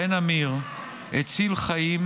חן אמיר הציל חיים,